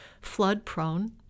flood-prone